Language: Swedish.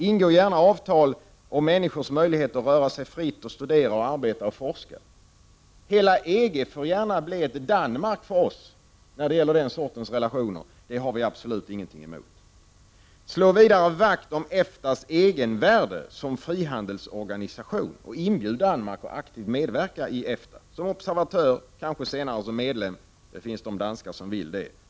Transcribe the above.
Ingå gärna avtal om människors möjligheter att röra sig fritt och studera, arbeta och forska! Hela EG får gärna bli ett Danmark för oss när det gäller relationer av det slaget — det har vi absolut ingenting emot. Slå vidare vakt om EFTA:s egenvärde som frihandelsorganisation och inbjud Danmark att aktivt medverka i EFTA, som observatör, senare kanske som medlem — det finns danskar som vill det.